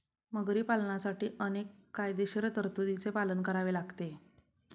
मगरी पालनासाठी अनेक कायदेशीर तरतुदींचे पालन करावे लागते